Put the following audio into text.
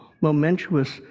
momentous